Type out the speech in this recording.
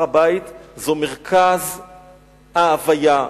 הר-הבית זה מרכז ההוויה,